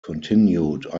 continued